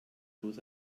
bloß